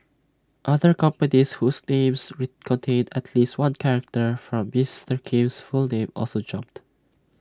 other companies whose names contained at least one character from Mister Kim's full name also jumped